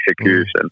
execution